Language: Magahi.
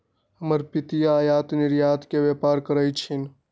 हमर पितिया आयात निर्यात के व्यापार करइ छिन्ह